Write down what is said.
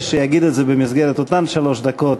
יגיד אותו במסגרת אותן שלוש הדקות